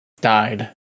died